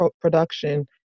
production